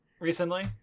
recently